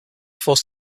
forced